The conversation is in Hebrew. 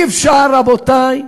אי-אפשר, רבותי,